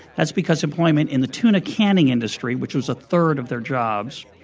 that's because employment in the tuna canning industry, which was a third of their jobs,